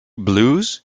blues